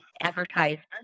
advertisements